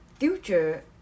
future